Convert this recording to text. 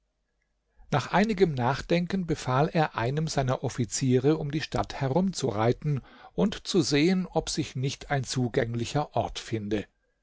nach einigem nachdenken befahl er einem seiner offiziere um die stadt herum zu reiten und zu sehen ob sich nicht ein zugänglicher ort finde